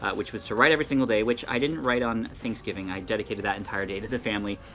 ah which was to write every single day, which i didn't write on thanksgiving, i dedicated that entire day to the family,